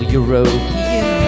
European